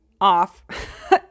off